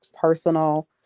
personal